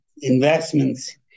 investments